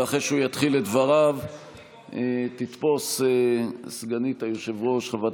ואחרי שהוא יתחיל את דבריו תתפוס סגנית היושב-ראש חברת